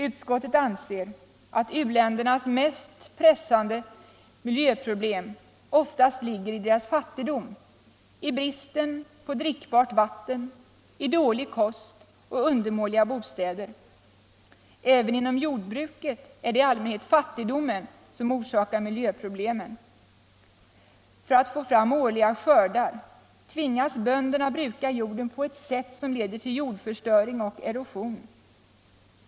Utskottet anser att u-ländernas mest pressande miljöproblem oftast ligger i deras fattigdom, i bristen på drickbart vatten, i dålig kost och undermåliga bostäder. Även inom jordbruket är det i allmänhet fattigdomen som orsakar miljöproblemen. För att få fram årliga skördar tvingas bönderna bruka jorden på ett sätt som leder till jordförstöring och erosion.